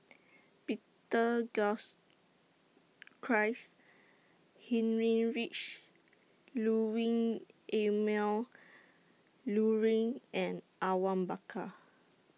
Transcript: Peter Heinrich Ludwing Emil Luering and Awang Bakar